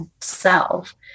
self